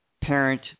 parent